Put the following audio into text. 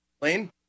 lane